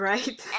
Right